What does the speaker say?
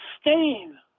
stain